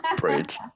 great